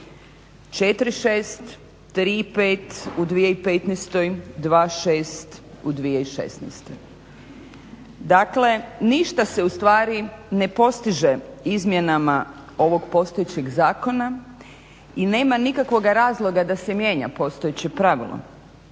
4,6, 3,5 u 2015., 2,6 u 2016. Dakle, ništa se u stvari ne postiže izmjenama ovog postojećeg zakona i nema nikakvoga razloga da se mijenja postojeće pravilo